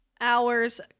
hours